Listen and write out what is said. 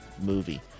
movie